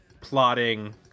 plotting